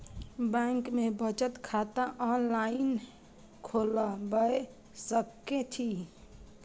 Bank में बचत खाता ऑनलाईन खोलबाए सके छी?